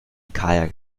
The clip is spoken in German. kajak